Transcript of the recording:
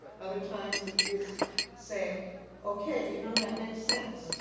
other times it is say okay, you know that makes sense.